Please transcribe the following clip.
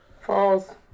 False